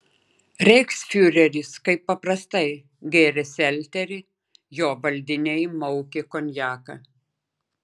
reichsfiureris kaip paprastai gėrė selterį jo valdiniai maukė konjaką